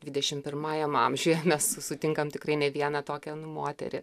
dvidešim pirmajam amžiuje mes sutinkam tikrai ne vieną tokią nu moterį